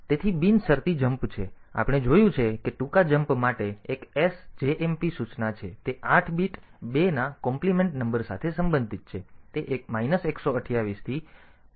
તેથી બિનશરતી જમ્પ છે તેથી આપણે જોયું છે કે ટૂંકા જમ્પ માટે એક SJMP સૂચના છે તે 8 બીટ 2 ના કોમ્પ્લીમેન્ટ નંબર સાથે સંબંધિત છે તે 128 થી 127 સ્થાન પર જઈ શકે છે